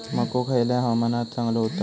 मको खयल्या हवामानात चांगलो होता?